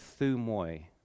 Thumoi